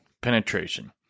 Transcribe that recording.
penetration